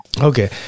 Okay